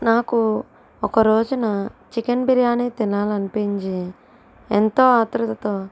నాకు ఒకరోజున చికెన్ బిర్యానీ తినాలనిపించి ఎంతో ఆతృతతో